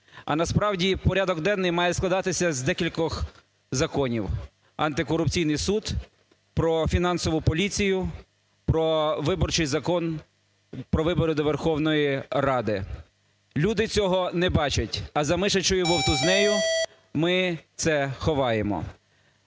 А насправді порядок денний має складатися з декількох законів: антикорупційний суд, про фінансову поліцію, про виборчий Закон про вибори до Верховної Ради. Люди цього не бачать, а за мишачою вовтузнею ми це ховаємо.